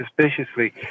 suspiciously